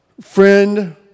friend